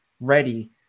ready